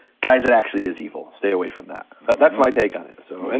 guys, it actually is evil, stay away from that. but that's my take on it, so. and